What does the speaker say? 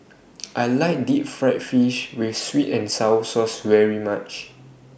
I like Deep Fried Fish with Sweet and Sour Sauce very much